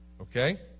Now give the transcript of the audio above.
Okay